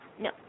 No